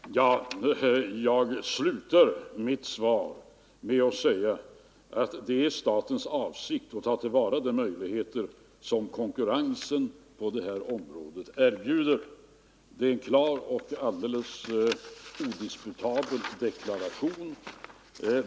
Herr talman! Jag slutar mitt svar med att säga att det är statens avsikt att ta till vara de möjligheter som konkurrensen på det här området erbjuder. Detta är en klar och alldeles odisputabel deklaration.